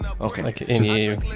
Okay